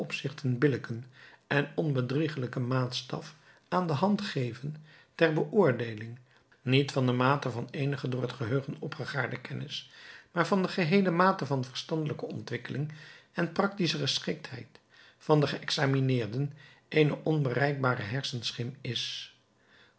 en onbedriegelijken maatstaf aan de hand geven ter beoordeeling niet van de mate van eenige door het geheugen opgegaarde kennis maar van de geheele mate van verstandelijke ontwikkeling en praktische geschiktheid van den geexamineerden eene onbereikbare hersenschim is